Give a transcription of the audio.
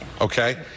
Okay